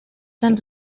tan